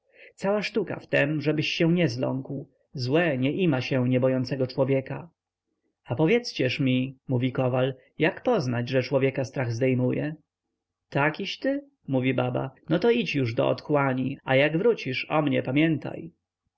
cała sztuka w tem żebyś się nie zląkł złe nie ima się niebojącego człowieka a powiedźcież mi mówi kowal jak poznać że człowieka strach zdejmuje takiś ty mówi baba no to już idź do otchłani a jak wrócisz o mnie pamiętaj